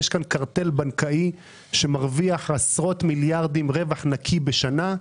יש כאן קרטל בנקאי שמרוויח עשרות מיליארדים רווח נקי בשנה,